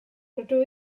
rydw